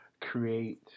create